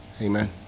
Amen